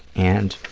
and,